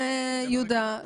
יהודה,